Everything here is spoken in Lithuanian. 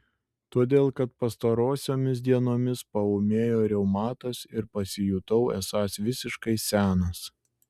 todėl kad pastarosiomis dienomis paūmėjo reumatas ir pasijutau esąs visiškai senas